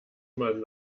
man